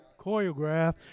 choreograph